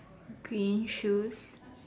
green shoes